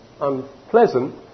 unpleasant